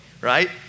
right